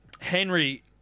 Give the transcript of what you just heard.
Henry